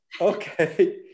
Okay